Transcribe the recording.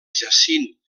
jacint